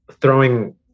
throwing